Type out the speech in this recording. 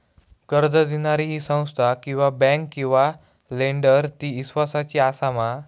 कर्ज दिणारी ही संस्था किवा बँक किवा लेंडर ती इस्वासाची आसा मा?